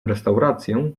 restaurację